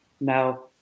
Now